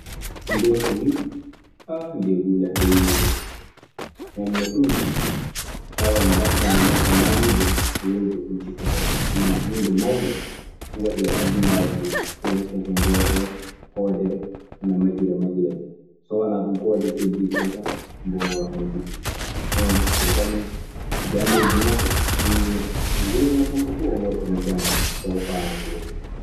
Nden o wi'i, ah! nde'e huunde hayniide. Ndenno ɗum tawan battande neɗɗo maaniijo woni ko ɗum sifotoo ma huunde mawnde waɗi e adunaaru ndu; ɗum waɗata so ndee ɗoo hoodere ana majira majira nii. So wanaa ɗum koode keddii ɗee kaa mboowaa majirde nii. Nden o ɓami janndeeji makko, o hinnii e ngurndam makko fuu fa o faamana ko woni ɗum.